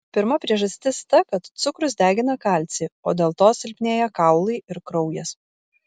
pirma priežastis ta kad cukrus degina kalcį o dėl to silpnėja kaulai ir kraujas